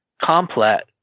complex